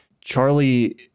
Charlie